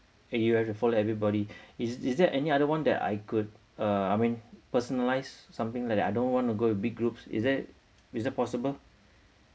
and you have to follow everybody is is there any other one that I could uh I mean personalised something like that I don't want to go with big groups is that is that possible